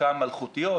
חלקן אלחוטיות,